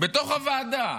בתוך הוועדה,